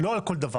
לא על כל דבר,